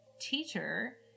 teacher